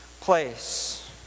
place